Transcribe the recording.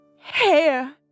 hair